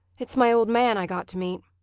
it's my old man i got to meet.